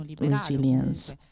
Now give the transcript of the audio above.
resilience